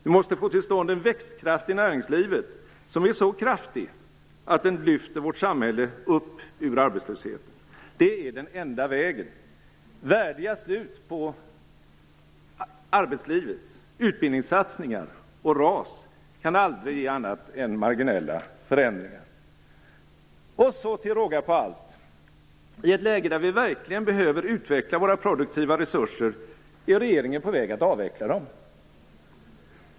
Vi måste få till stånd en växtkraft i näringslivet som är så kraftig att den lyfter vårt samhälle upp ur arbetslösheten. Det är den enda vägen. Värdiga slut på arbetslivet, utbildningssatsningar och RAS kan aldrig ge annat än marginella förändringar. Och så till råga på allt - i ett läge där vi verkligen behöver utveckla våra produktiva resurser är regeringen på väg att avveckla dem.